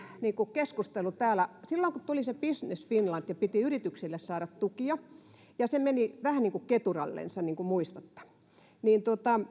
keskustelu täällä silloin kun kun tuli se business finland ja piti yrityksille saada tukia ja se meni vähän niin kuin keturallensa niin kuin muistatte niin